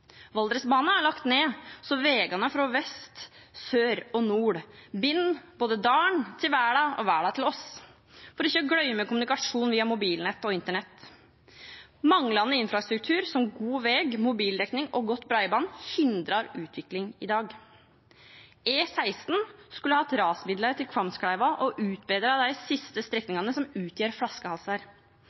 er lagt ned, så veiene fra vest, sør og nord binder både dalen til verden og verden til oss – for ikke å glemme kommunikasjon via mobilnett og internett. Manglende infrastruktur som god vei, mobildekning og godt bredbånd hindrer utvikling i dag. E16 skulle hatt rasmidler til Kvamskleiva og fått utbedret de siste strekningene som utgjør flaskehalser.